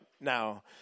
now